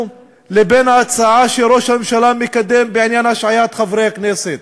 לבין ההצעה שראש הממשלה מקדם בעניין השעיית חברי הכנסת.